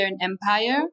Empire